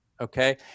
Okay